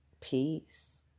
Peace